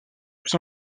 plus